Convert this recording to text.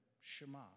Shema